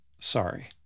Sorry